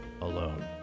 Alone